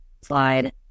slide